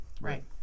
Right